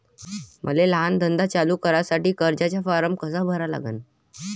मले लहान धंदा चालू करासाठी कर्जाचा फारम कसा भरा लागन?